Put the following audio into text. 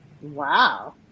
Wow